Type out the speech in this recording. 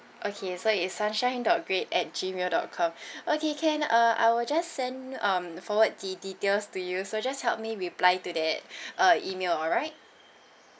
okay so it's sunshine dot great at gmail dot com okay can uh I will just send um forward the details to you so just help me reply to that uh email alright